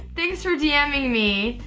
thanks for dming me.